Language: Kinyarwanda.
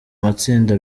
matsinda